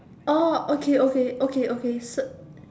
oh okay okay okay okay so